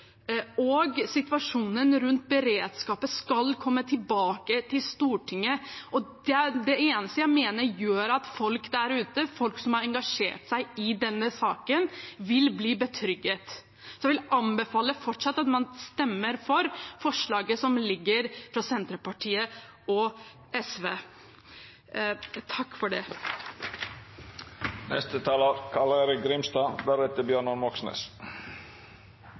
og situasjonen rundt beredskap skal legges fram for Stortinget. Det er det eneste jeg mener vil gjøre at folk der ute, folk som har engasjert seg i denne saken, vil bli betrygget. Så jeg vil anbefale at man stemmer for forslaget som foreligger fra Senterpartiet og SV.